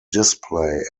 display